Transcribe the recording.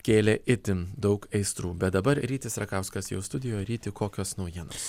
kėlė itin daug aistrų bet dabar rytis rakauskas jau studijoj ryti kokios naujienos